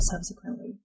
subsequently